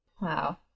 Wow